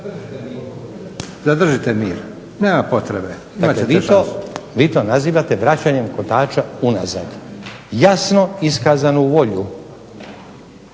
**Stazić, Nenad (SDP)** Vi to nazivate vraćanjem kotača unazad. Jasnu iskazanu volju